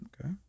Okay